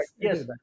yes